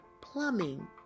plumbing